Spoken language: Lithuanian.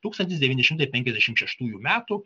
tūkstantis devyni šimtai penkiasdešimt šeštųjų metų